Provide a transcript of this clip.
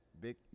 Big